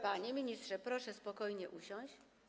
Panie ministrze, proszę spokojnie usiąść.